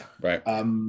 Right